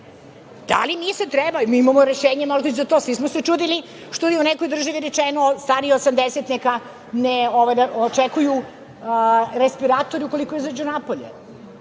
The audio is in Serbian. Da li mi sad treba, mi imamo rešenje možda i za to, svi smo se čudili što je u nekoj državi rečeno, stariji od 80 neka ne očekuju respiratore ukoliko izađu napolje.